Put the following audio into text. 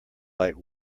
like